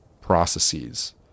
processes